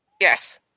Yes